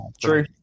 True